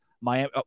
Miami